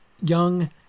Young